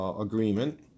agreement